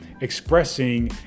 expressing